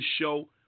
show